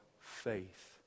faith